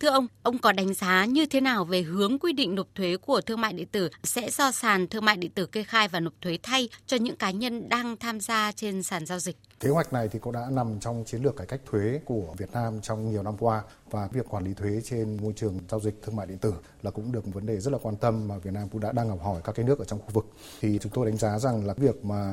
Thưa ông, ông có đánh giá như thế nào về hướng quy định nộp thuế của thương mại điện tử sẽ do sàn thương mại điện tử kê khai và nộp thuế thay cho những cá nhân đang tham gia trên sàn giao dịch? Kế hoạch này thì cũng đã nằm trong chiến lược cải cách thuế của Việt Nam trong nhiều năm qua. Và việc quản lý thuế trên môi trường giao dịch thương mại điện tử là cũng được một vấn đề rất là quan tâm mà Việt Nam cũng đã đang học hỏi các cái nước ở trong khu vực. Thì chúng tôi đánh giá rằng là việc mà